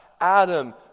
Adam